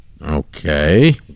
Okay